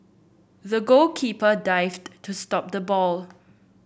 the goalkeeper dived to stop the ball